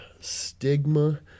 stigma